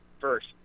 first